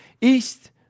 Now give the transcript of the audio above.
East